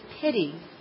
pity